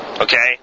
Okay